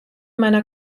meiner